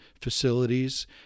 facilities